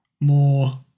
more